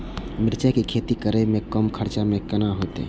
मिरचाय के खेती करे में कम खर्चा में केना होते?